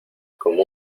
como